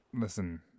listen